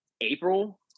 april